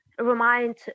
remind